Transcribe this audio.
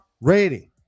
rating